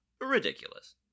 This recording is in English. ridiculous